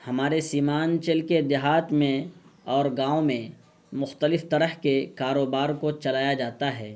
ہمارے سیمانچل کے دیہات میں اور گاؤں میں مختلف طرح کے کاروبار کو چلایا جاتا ہے